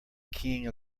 king